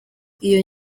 iyo